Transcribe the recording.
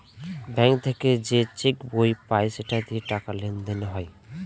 bank থেকে যে cheque বই পায় সেটা দিয়ে টাকা লেনদেন হয়